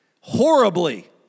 Horribly